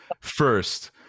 first